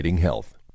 health